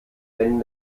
wenn